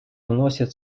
вносит